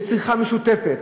לצריכה משותפת,